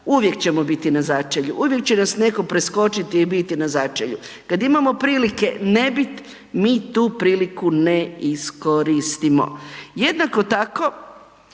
uvijek ćemo biti na začelju, uvijek će nas netko preskočiti i biti na začelju. Kad imamo prilike nebit mi tu priliku ne iskoristimo. Jednako tako